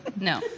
No